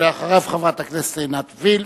אחריו, חברת הכנסת עינת וילף.